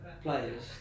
players